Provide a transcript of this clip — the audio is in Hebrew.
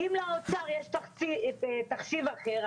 אם לאוצר יש תחשיב אחר,